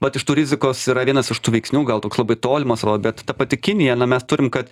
vat iš tų rizikos yra vienas iš tų veiksnių gal toks labai tolimas bet ta pati kinija mes nu mes turim kad